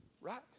Right